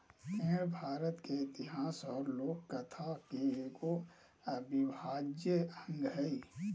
पेड़ भारत के इतिहास और लोक कथा के एगो अविभाज्य अंग हइ